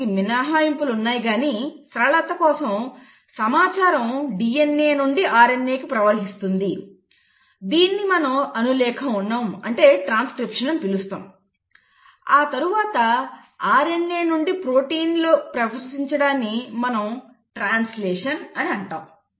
దీనికి మినహాయింపులు ఉన్నాయి కానీ సరళత కోసం సమాచారం DNA నుండి RNAకి ప్రవహిస్తుంది దీనిని మనం అనులేఖనం అంటే ట్రాన్స్క్రిప్షన్ అని పిలుస్తాము ఆ తర్వాత RNA నుండి ప్రొటీన్లోకి ప్రవేశించడాన్ని మనం ట్రాన్స్లేషన్ అని అంటాము